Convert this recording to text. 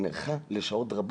נערכה לשעות רבות.